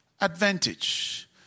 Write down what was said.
advantage